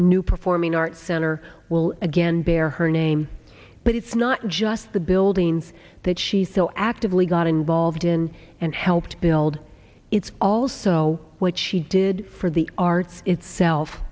new performing arts center will again bear her name but it's not just the buildings that she so actively got involved in and helped build it's also what she did for the arts itself